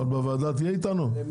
אבל תהיה איתנו בוועדה?